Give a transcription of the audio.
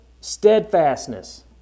steadfastness